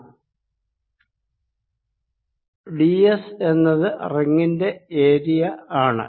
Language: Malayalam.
d s എന്നത് റിങ്ങിന്റെ ഏരിയ ആണ്